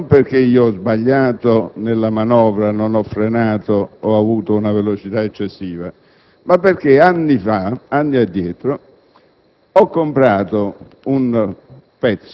che l'incidente si verifichi, non perché ho sbagliato nella manovra, non ho frenato o ho avuto una velocità eccessiva, ma perché anni addietro,